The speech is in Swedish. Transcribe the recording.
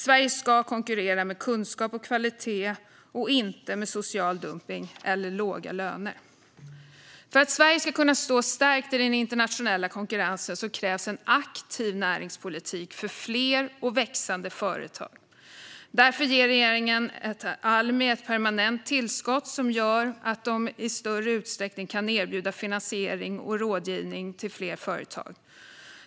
Sverige ska konkurrera med kunskap och kvalitet, inte med social dumpning eller låga löner. För att Sverige ska kunna stå starkt i den internationella konkurrensen krävs en aktiv näringspolitik för fler och växande företag. Därför ger regeringen Almi ett permanent tillskott som gör att de kan erbjuda finansiering och rådgivning till fler företag.